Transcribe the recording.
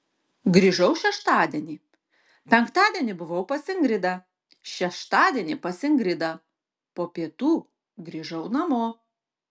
grįžau šeštadienį penktadienį buvau pas ingridą šeštadienį pas ingridą po pietų grįžau namo